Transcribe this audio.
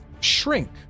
shrink